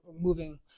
moving